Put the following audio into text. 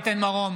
אינה נוכחת אלון